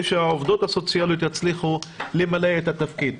שהעובדות הסוציאליות יצליחו למלא את התפקיד.